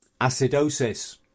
Acidosis